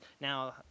Now